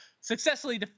successfully